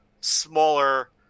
smaller